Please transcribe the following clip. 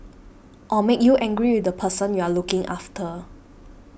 or make you angry with the person you're looking after